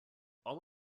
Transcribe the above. all